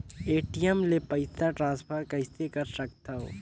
ATM ले पईसा transfer कइसे कर सकथव?